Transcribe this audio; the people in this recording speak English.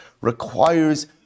requires